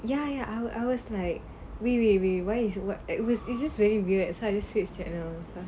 ya ya I was I was like we we we why what it was is this really weird excited switch channel